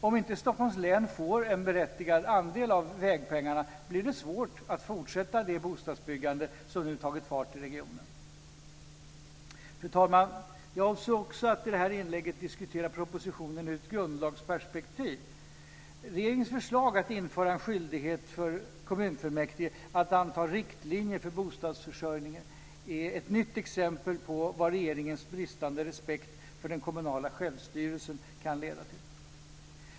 Om inte Stockholms län får en berättigad andel av vägpengarna blir det svårt att fortsätta det bostadsbyggande som nu tagit fart i regionen. Fru talman! Jag avser också att i detta inlägg diskutera propositionen ur ett grundlagsperspektiv. Regeringens förslag att införa en skyldighet för kommunfullmäktige att anta riktlinjer för bostadsförsörjningen är ett nytt exempel på vad regeringens bristande respekt för den kommunala självstyrelsen kan leda till.